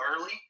early